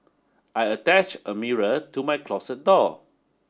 I attach a mirror to my closet door